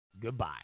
Goodbye